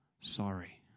sorry